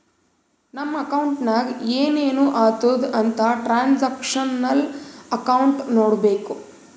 ನಮ್ ಅಕೌಂಟ್ನಾಗ್ ಏನೇನು ಆತುದ್ ಅಂತ್ ಟ್ರಾನ್ಸ್ಅಕ್ಷನಲ್ ಅಕೌಂಟ್ ನೋಡ್ಬೇಕು